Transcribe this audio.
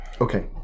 Okay